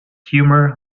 humor